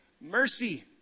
mercy